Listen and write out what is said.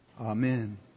Amen